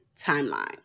timeline